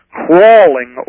crawling